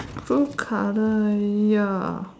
so color ya